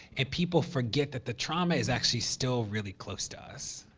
and people forget that the trauma is actually still really close to us,